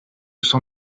son